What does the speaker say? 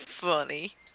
funny